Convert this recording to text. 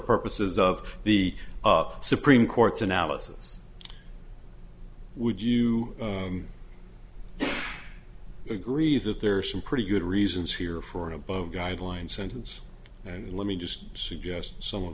purposes of the supreme court's analysis would you agree that there are some pretty good reasons here for an above guideline sentence and let me just suggest some of